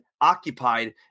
occupied